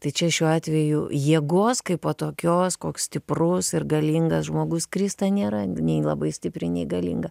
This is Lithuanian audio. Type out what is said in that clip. tai čia šiuo atveju jėgos kaipo tokios koks stiprus ir galingas žmogus krista nėra nei labai stipri nei galinga